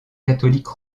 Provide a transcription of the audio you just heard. catholique